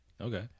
Okay